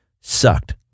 sucked